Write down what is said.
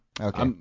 Okay